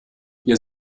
ihr